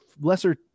lesser